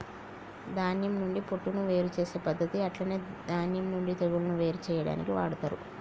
ధాన్యం నుండి పొట్టును వేరు చేసే పద్దతి అట్లనే ధాన్యం నుండి తెగులును వేరు చేయాడానికి వాడతరు